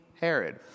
Herod